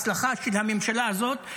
הצלחה של הממשלה הזאת,